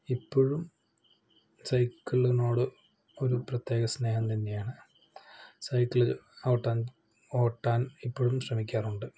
ഇപ്പോഴും സൈക്കിളിനോട് ഒരു പ്രത്യേക സ്നേഹം തന്നെയാണ് സൈക്കിള് ഓട്ടാന് ഇപ്പോഴും ശ്രമിക്കാറുണ്ട്